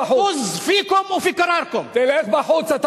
אתה פועל לפי התקנון,